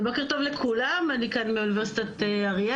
בוקר טוב לכולם, אני כאן מאוניברסיטת אריאל.